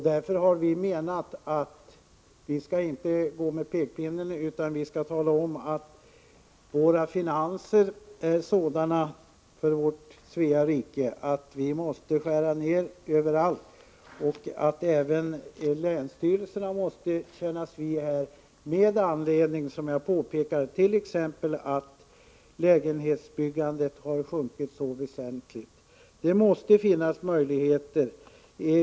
Därför anser vi att man inte heller här skall gå fram med pekpinnen utan man skall tala om att Svea rikes finanser är sådana att vi måste skära ned överallt och att även länsstyrelserna måste känna av detta — t.ex. genom att lägenhetsbyggandet minskar. Det måste finnas sådana möjligheter.